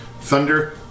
Thunder